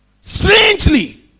Strangely